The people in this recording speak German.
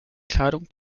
kleidung